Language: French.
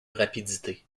rapidité